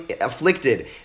afflicted